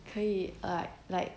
可以 like like